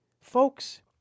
Folks